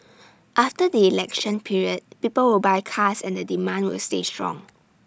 after the election period people will buy cars and the demand will stay strong